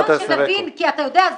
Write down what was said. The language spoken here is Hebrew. אני שואלת.